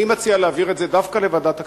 אני מציע להעביר את זה דווקא לוועדת הכספים.